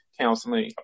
counseling